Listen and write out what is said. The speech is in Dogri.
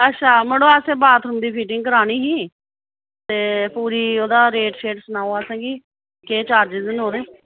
अच्छा मड़ो असें बाथरूम दी फिटिंग करानी ही ते पूरी ओह्दा रेट छेट सनाओ असें गी केह् चार्जेस न ओह्दे